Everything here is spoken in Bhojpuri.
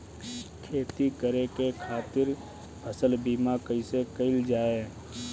खेती करे के खातीर फसल बीमा कईसे कइल जाए?